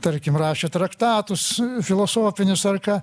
tarkim rašė traktatus filosofinius ar ką